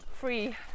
free